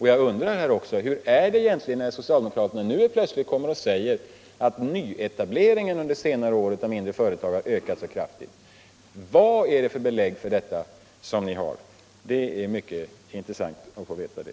Socialdemokraterna säger nu också plötsligt att nyetableringen av mindre företag under senare år har ökat kraftigt. Vilka belägg har ni för det påståendet? Det vore mycket intressant att få veta det.